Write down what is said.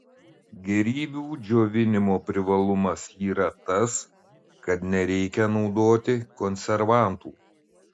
gėrybių džiovinimo privalumas yra tas kad nereikia naudoti konservantų